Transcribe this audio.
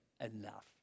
enough